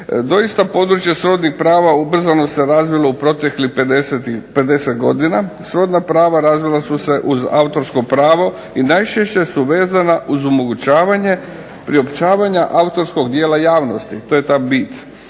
Doista područje srodnih prava ubrzano se razvilo u proteklih 50 godina. Srodna prava razvila su se uz autorsko pravo i najčešće su vezana uz omogućavanje priopćavanja autorskog dijela javnosti. To je ta bit.